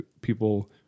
people